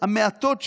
אולי המעטות,